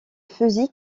fusil